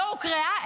לא הוקראה,